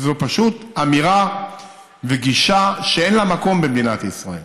פשוט אמירה וגישה שאין לה מקום במדינת ישראל.